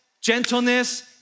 gentleness